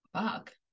fuck